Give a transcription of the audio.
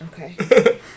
Okay